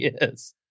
Yes